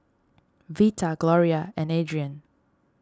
Vita Gloria and Adriene